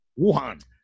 Wuhan